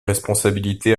responsabilités